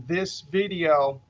this video,